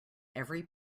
every